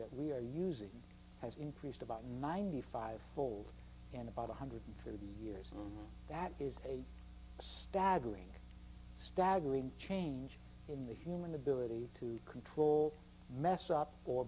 that we're using has increased about ninety five fold in about one hundred and thirty years and that is a staggering staggering change in the human ability to control mess up or